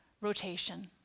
rotation